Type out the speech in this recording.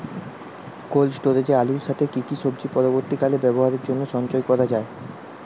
Cold স্টোরেজে আলুর সাথে কি কি সবজি পরবর্তীকালে ব্যবহারের জন্য সঞ্চয় করা যায়?